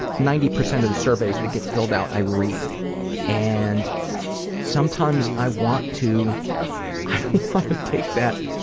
ninety percent of the surveys that get filled out i read and sometimes i want to i don't want to take that,